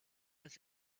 was